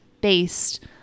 based